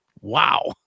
Wow